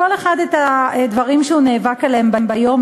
כל אחד את כל הדברים שהוא נאבק עליהם ביום-יום,